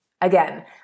Again